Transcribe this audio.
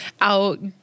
out